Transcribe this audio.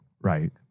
Right